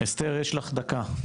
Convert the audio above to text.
אסתר, יש לך דקה.